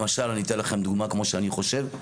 למשל, אני אתן לכם דוגמה כמו שאני חושב.